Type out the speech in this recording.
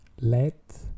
let